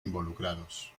involucrados